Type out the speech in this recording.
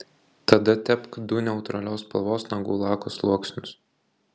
tada tepk du neutralios spalvos nagų lako sluoksnius